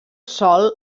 sòl